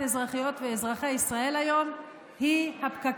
את אזרחיות ואזרחי ישראל היא הפקקים.